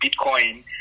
Bitcoin